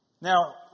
Now